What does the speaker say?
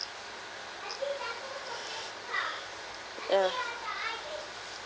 ya